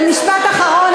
ומשפט אחרון,